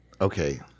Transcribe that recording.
okay